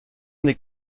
n’est